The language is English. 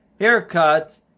haircut